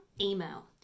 email